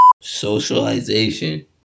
socialization